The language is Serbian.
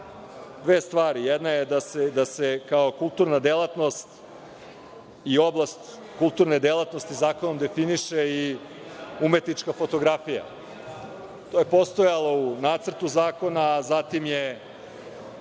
dve stvari, jedna je da se kao kulturna delatnost i oblast kulturne delatnosti zakonom definiše i umetnička fotografija. To je postojalo u Nacrtu zakona, a zatim je